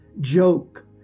joke